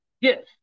Yes